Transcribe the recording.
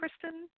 Kristen